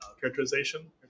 characterization